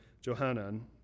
Johanan